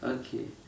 okay